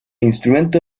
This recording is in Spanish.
instrumento